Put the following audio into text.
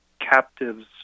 captives